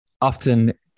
often